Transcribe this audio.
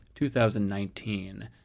2019